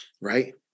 Right